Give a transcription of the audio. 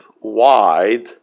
wide